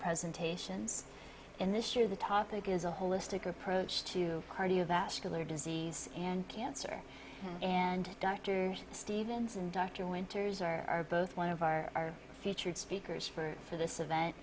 presentations and this year the topic is a holistic approach to cardiovascular disease and cancer and dr stevens and dr winters are both one of our featured speakers for for this event